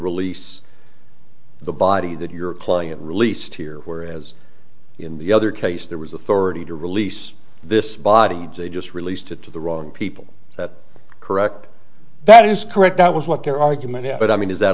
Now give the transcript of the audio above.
release the body that your client released here where as in the other case there was authority to release this body they just released it to the wrong people that correct that is correct that was what their argument is but i mean is that